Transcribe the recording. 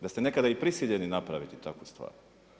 Da ste nekada i prisiljeni napraviti takvu stvar.